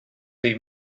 they